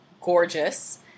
gorgeous